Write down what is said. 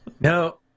no